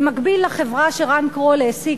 במקביל לחברה שרן קרול העסיק,